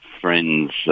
friends